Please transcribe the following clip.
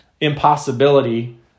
impossibility